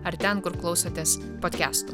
ar ten kur klausotės podkestų